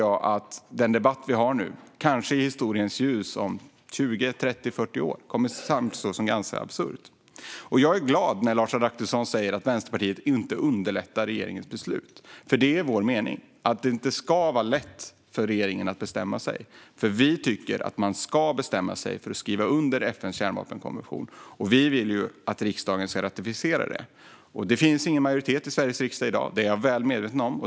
Jag tror att den debatt vi har i dag i historiens ljus, om 20, 30 eller 40 år, kanske kommer att framstå som lika absurd. Jag blir glad när Lars Adaktusson säger att Vänsterpartiet inte underlättar regeringens beslut. Det är vår mening. Det ska inte vara lätt för regeringen att bestämma sig. Vi tycker nämligen att man ska bestämma sig för att skriva under FN:s kärnvapenkonvention, och vi vill att riksdagen ska ratificera den. I dag finns ingen majoritet i riksdagen för detta, vilket jag är väl medveten om.